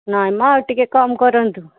ନାଇଁ ମ ଆଉ ଟିକିଏ କମ୍ କରନ୍ତୁ